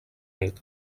nit